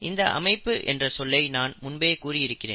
இந்த அமைப்பு என்ற சொல்லை நான் முன்பே கூறியிருக்கிறேன்